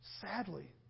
sadly